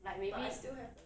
like maybe